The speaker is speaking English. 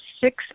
six